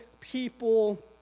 people